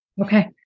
Okay